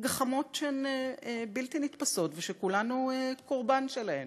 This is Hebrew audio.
גחמות שהן בלתי נתפסות, ושכולנו קורבן שלהן.